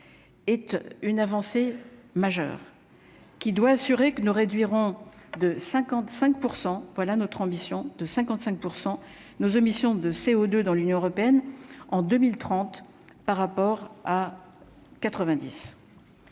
Et une avancée majeure qui doit assurer que nous réduirons de 55 % voilà notre ambition de 55 % nos émissions de CO2 dans l'Union européenne en 2030, par rapport à